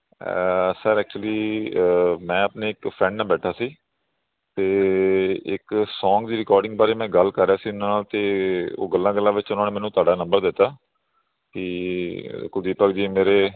sir actually ਮੈਂ ਆਪਣੇ ਇੱਕ ਫਰੈਂਡ ਨਾਲ ਬੈਠਾ ਸੀ ਅਤੇ ਇੱਕ ਸੌਂਗ ਦੀ ਰਿਕੋਡਿੰਗ ਬਾਰੇ ਮੈਂ ਗੱਲ ਕਰ ਰਿਹਾ ਸੀ ਇਹਨਾਂ ਨਾਲ ਅਤੇ ਉਹ ਗੱਲਾਂ ਗੱਲਾਂ ਵਿੱਚ ਉਹਨਾਂ ਨੇ ਮੈਨੂੰ ਤੁਹਾਡਾ ਨੰਬਰ ਦਿੱਤਾ ਕਿ ਕੁਲਦੀਪਕ ਜੀ ਮੇਰੇ